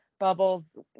Bubbles